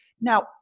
now